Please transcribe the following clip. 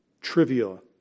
Trivial